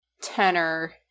tenor